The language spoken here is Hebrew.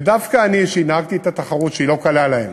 ודווקא אני, שהנהגתי את התחרות, שהיא לא קלה להן,